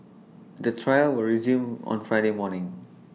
the trial will resume on Friday morning